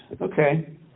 okay